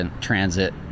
transit